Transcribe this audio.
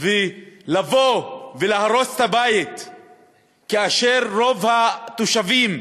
לבוא ולהרוס את הבית כאשר רוב התושבים,